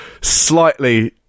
slightly